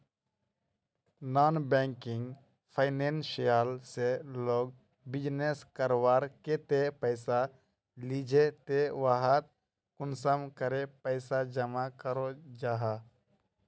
Non banking financial से लोग business करवार केते पैसा लिझे ते वहात कुंसम करे पैसा जमा करो जाहा?